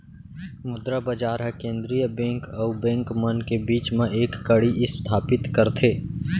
मुद्रा बजार ह केंद्रीय बेंक अउ बेंक मन के बीच म एक कड़ी इस्थापित करथे